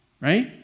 right